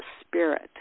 spirit